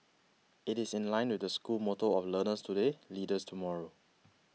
it is in line with the school motto of learners today leaders tomorrow